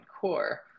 Core